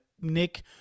Nick